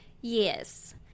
Yes